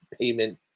payment